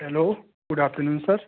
hello good afternoon sir